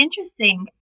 interesting